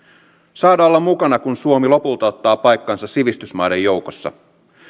saada olla mukana kun suomi lopulta ottaa paikkansa sivistysmaiden joukossa